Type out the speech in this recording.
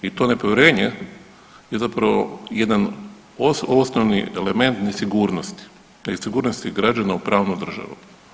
I to nepovjerenje je zapravo jedan osnovni element nesigurnosti, nesigurnosti građana u pravnu državu.